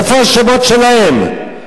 איפה השמות שלהם?